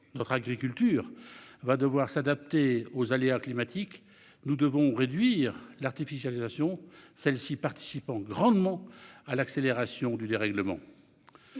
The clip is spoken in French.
Notre agriculture va devoir s'adapter aux aléas climatiques. Nous devons réduire l'artificialisation des sols, car elle participe grandement à l'accélération du dérèglement